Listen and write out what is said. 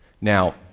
Now